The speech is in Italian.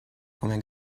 come